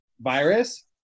virus